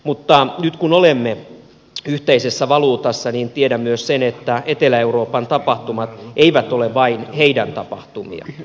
mutta nyt kun olemme yhteisessä valuutassa niin tiedän myös sen että etelä euroopan tapahtumat eivät ole vain heidän tapahtumia